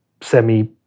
semi